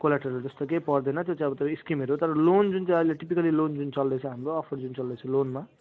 collateral जस्तो केही पर्दैन त्यो चाहिँ त्यो स्किमहरू तर लोन जुन चाहिँ अहिले टिपिकल्ली लोन जुन चल्दैछ हाम्रो अफर जुन चल्दैछ लोनमा